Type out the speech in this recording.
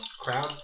crowd